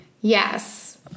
yes